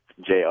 JR